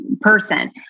person